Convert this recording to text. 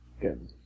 Good